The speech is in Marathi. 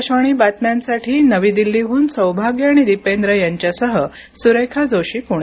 आकाशवाणी बातम्यांसाठी नवी दिल्लीहून सौभाग्य आणि दिपेंद्र यांच्यासह सुरेखा जोशी पुणे